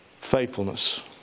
Faithfulness